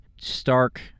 stark